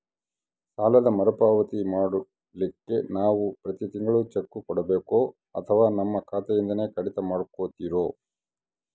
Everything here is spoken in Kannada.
ಸಾಲದ ಮರುಪಾವತಿ ಮಾಡ್ಲಿಕ್ಕೆ ನಾವು ಪ್ರತಿ ತಿಂಗಳು ಚೆಕ್ಕು ಕೊಡಬೇಕೋ ಅಥವಾ ನಮ್ಮ ಖಾತೆಯಿಂದನೆ ಕಡಿತ ಮಾಡ್ಕೊತಿರೋ?